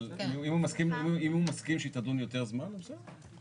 אם הוא מסכים שהיא תדון יותר זמן, אז בסדר.